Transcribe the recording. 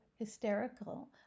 hysterical